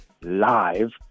live